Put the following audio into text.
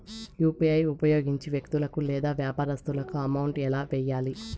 UPI ఉపయోగించి వ్యక్తులకు లేదా వ్యాపారస్తులకు అమౌంట్ ఎలా వెయ్యాలి